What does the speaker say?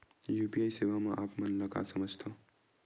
UPI सेवा से आप मन का समझ थान?